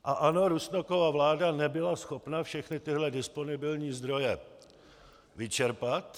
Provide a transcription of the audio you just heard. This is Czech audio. A ano, Rusnokova vláda nebyla schopna všechny tyhle disponibilní zdroje vyčerpat.